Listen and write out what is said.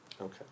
Okay